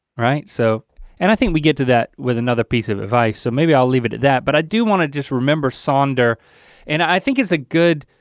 right? so and i think we get to that with another piece of advice, so maybe i'll leave it at that. but i do wanna just remember sonder and i think it's a good.